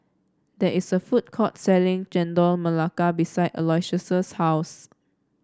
there is a food court selling Chendol Melaka behind Aloysius' house